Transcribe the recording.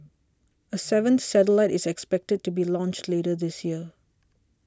a seventh satellite is expected to be launched later this year